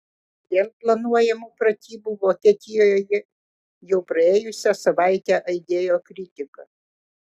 dėl planuojamų pratybų vokietijoje jau praėjusią savaitę aidėjo kritika